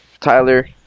Tyler